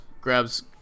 grabs